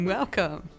Welcome